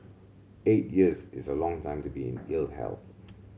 eight years is a long time to be in ill health